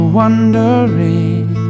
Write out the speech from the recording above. wondering